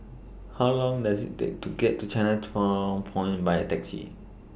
How Long Does IT Take to get to Chinatown Point By Taxi